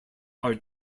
are